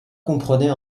comprenait